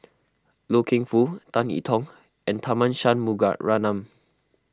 Loy Keng Foo Tan I Tong and Tharman Shanmugaratnam